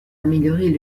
améliorer